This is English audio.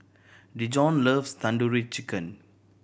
Dejon loves Tandoori Chicken